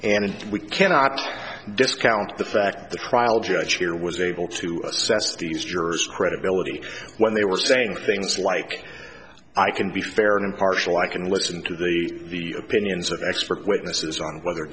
and we cannot discount the fact the trial judge here was able to assess these jurors credibility when they were saying things like i can be fair and impartial i can listen to the opinions of expert witnesses on whether